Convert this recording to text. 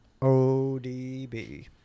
ODB